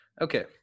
Okay